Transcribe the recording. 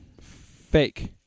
Fake